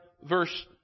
verse